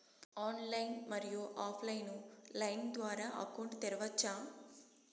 Online, మరియు offline line ద్వారా account తెరవచ్చా?